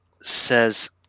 says